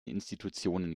institutionen